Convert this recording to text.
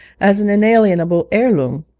as an inalienable heirloom!